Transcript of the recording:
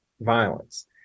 violence